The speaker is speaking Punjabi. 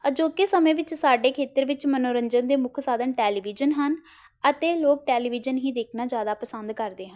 ਅਜੋਕੇ ਸਮੇਂ ਵਿੱਚ ਸਾਡੇ ਖੇਤਰ ਵਿੱਚ ਮਨੋਰੰਜਨ ਦੇ ਮੁੱਖ ਸਾਧਨ ਟੈਲੀਵਿਜ਼ਨ ਹਨ ਅਤੇ ਲੋਕ ਟੈਲੀਵਿਜ਼ਨ ਹੀ ਦੇਖਣਾ ਜ਼ਿਆਦਾ ਪਸੰਦ ਕਰਦੇ ਹਨ